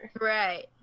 Right